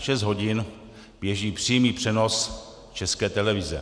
Šest hodin běží přímý přenos České televize.